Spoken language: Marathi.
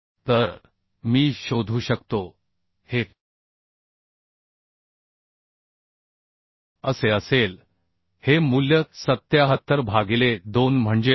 तर मी शोधू शकतो हे असे असेल हे मूल्य 77 भागिले 2 म्हणजे 38